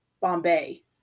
Bombay